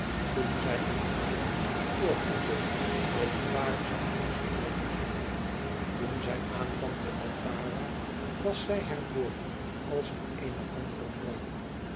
toen zij in haren spoorcoupé de liparische grenzen overging toen zij aankwam te altara was zij herboren als in eene andere vrouw